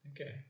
Okay